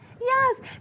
yes